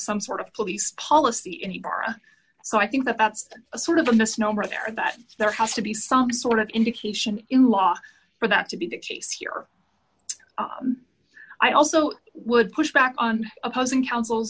some sort of police policy in the bara so i think that that's a sort of a misnomer out there that there has to be some sort of indication in law for that to be the chase here i also would push back on opposing counsel